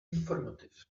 informative